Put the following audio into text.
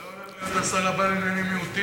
אתה לא הולך להיות השר הבא לענייני מיעוטים?